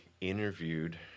interviewed